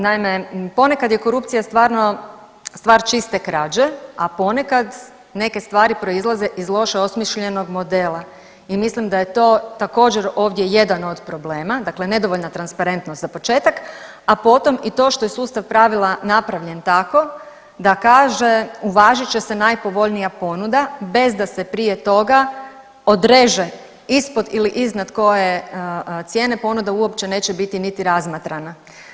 Naime, ponekad je korupcija stvarno stvar čiste krađe, a ponekad neke stvari proizlaze iz loše osmišljenog modela i mislim da je to također ovdje jedan od problema, dakle nedovoljna transparentnost za početak, a potom i to što je sustav pravila napravljen tako da kaže, uvažit će se najpovoljnija ponuda bez da se prije toga odreže ispod ili iznad koje cijene ponuda uopće neće biti niti razmatrana.